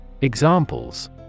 Examples